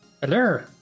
Hello